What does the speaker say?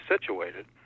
situated